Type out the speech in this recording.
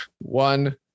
one